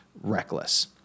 reckless